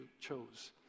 chose